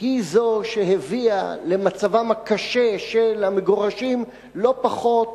היא זו שהביאה למצבם הקשה של המגורשים, לא פחות